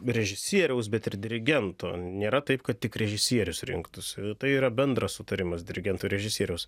režisieriaus bet ir dirigento nėra taip kad tik režisierius rinktųsi tai yra bendras sutarimas dirigento ir režisieriaus